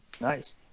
Nice